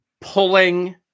pulling